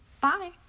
Bye